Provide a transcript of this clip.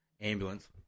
ambulance